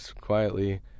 quietly